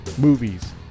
movies